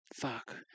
fuck-